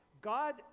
God